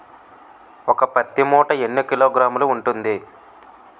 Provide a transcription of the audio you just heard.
ఒక పత్తి మూట ఎన్ని కిలోగ్రాములు ఉంటుంది?